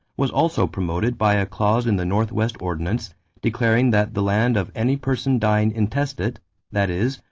was also promoted by a clause in the northwest ordinance declaring that the land of any person dying intestate that is,